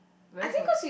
whereas for